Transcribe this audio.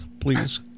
please